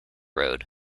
road